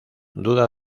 duda